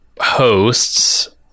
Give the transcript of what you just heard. hosts